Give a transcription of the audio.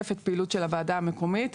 משקף את הפעילות של הוועדה המקומית.